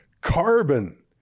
carbon